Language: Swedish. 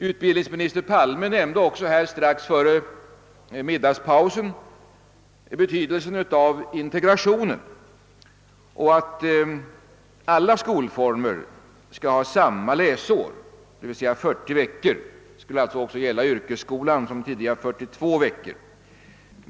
Utbildningsminister Palme nämnde också strax före middagspausen betydelsen av integrationen och sade att alla skolformer skall ha samma läsår, d. v. s. 40 veckor. Det skulle alltså gälla även yrkesskolan som tidigare haft 42 veckor.